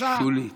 שולית.